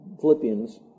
Philippians